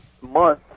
month